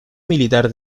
militar